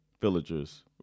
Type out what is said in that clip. villagers